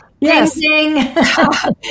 yes